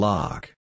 Lock